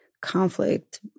conflict